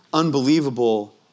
unbelievable